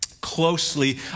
closely